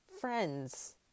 friends